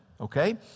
okay